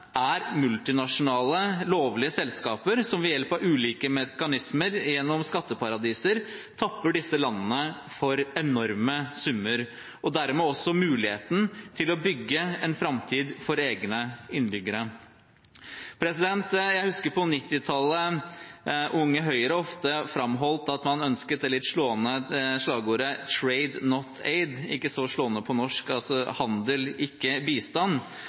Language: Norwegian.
er multinasjonale, lovlige selskaper som ved hjelp av ulike mekanismer gjennom skatteparadiser tapper disse landene for enorme summer og dermed også for muligheten til å bygge en framtid for egne innbyggere. Jeg husker fra 1990-tallet at Unge Høyre ofte framholdt hva man ønsket gjennom det litt slående slagordet «Trade – not aid». Det er ikke like slående på norsk: «Handel – ikke bistand».